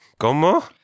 ¿Cómo